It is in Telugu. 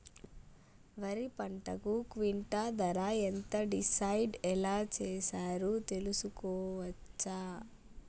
వరి పంటకు క్వింటా ధర ఎంత డిసైడ్ ఎలా చేశారు తెలుసుకోవచ్చా?